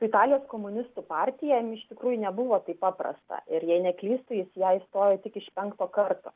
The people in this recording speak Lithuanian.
italijos komunistų partija jam iš tikrųjų nebuvo taip paprasta ir jei neklystu jis į ja įstojo tik iš penkto karto